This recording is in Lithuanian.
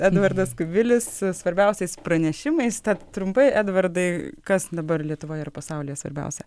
edvardas kubilius svarbiausiais pranešimais tad trumpai edvardai kas dabar lietuvoje ir pasaulyje svarbiausia